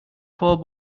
poor